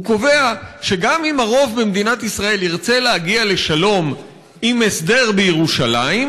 הוא קובע שגם אם הרוב במדינת ישראל ירצה להגיע לשלום עם הסדר בירושלים,